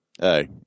Hey